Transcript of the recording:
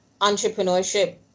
entrepreneurship